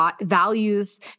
values